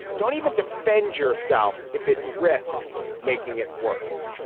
don't even defend yourself if it risks making it worse.